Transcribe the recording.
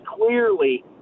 clearly